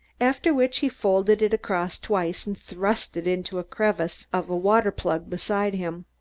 after which he folded it across twice and thrust it into a crevice of a water-plug beside him.